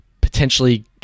potentially